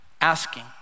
asking